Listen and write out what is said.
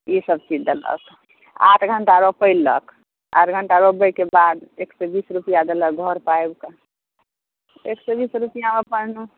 ई सभ चीज़ देलक आठ घण्टा रोपेलक आठ घण्टा रोपबैके बाद एक सए बीस रुपैआ देलक घर पे आबिके एक सए बीस रुपैआ ओपारलहुँ